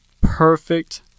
Perfect